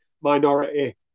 minority